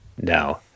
no